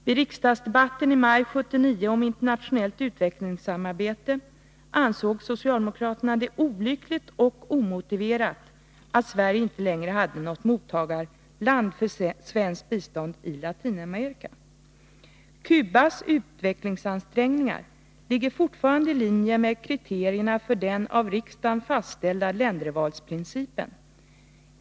Vid riksdagsdebatten i maj 1979 om internationellt utvecklingssamarbete ansåg det olyckligt och omotiverat att Sverige inte längre hade något mottagarland för svenskt bistånd i Latinamerika: ”Kubas utvecklingsansträngningar ligger fortfarande i linje med kriterierna för den av riksdagen fastställda ländervalsprincipen”.